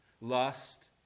Lust